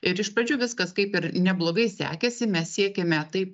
ir iš pradžių viskas kaip ir neblogai sekėsi mes siekėme tai